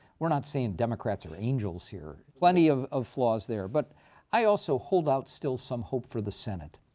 we're not saying democrats are angels here. plenty of of flaws there. but i also hold out still some hope for the senate.